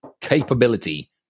capability